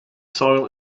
soil